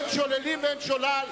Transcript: אין שוללים ואין שולל.